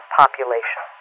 population